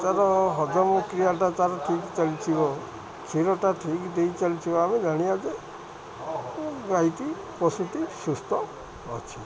ତା'ର ହଜମ କ୍ରିୟାଟା ତା'ର ଠିକ୍ ଚାଲିଥିବ କ୍ଷୀରଟା ଠିକ୍ ଦେଇ ଚାଲିଥିବ ଆମେ ଜାଣିିବା ଯେ ଗାଈଟି ପଶୁଟି ସୁସ୍ଥ ଅଛି